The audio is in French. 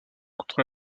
contre